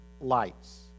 lights